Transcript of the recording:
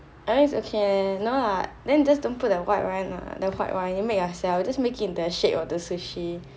I think it's is okay leh no what then just don't put the white wine lah then the white rice you make yourself you just make it the shape of the sushi